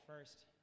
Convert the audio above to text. first